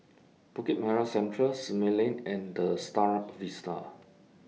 Bukit Merah Central Simei Lane and The STAR Vista